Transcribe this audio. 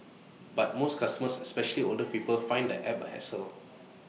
but most customers especially older people find the app A hassle